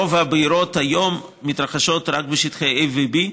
רוב הבעירות היום מתרחשות רק בשטחי A ו-B,